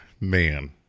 man